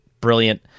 Brilliant